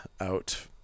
out